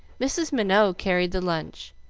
mrs. minot carried the lunch,